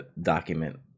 document